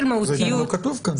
זה גם לא כתוב כאן.